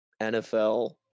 nfl